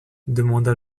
demanda